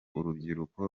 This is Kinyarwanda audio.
urubyiruko